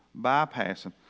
bypassing